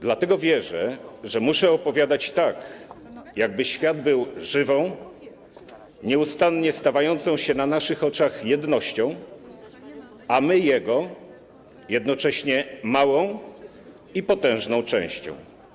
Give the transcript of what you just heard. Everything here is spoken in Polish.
Dlatego wierzę, że muszę opowiadać tak, jakby świat był żywą, nieustannie stawającą się na naszych oczach jednością, a my jego - jednocześnie małą i potężną - częścią'